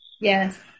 Yes